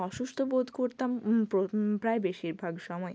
অসুস্ত বোধ করতাম প্র প্রায় বেশিরভাগ সময়